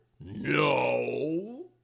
No